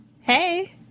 hey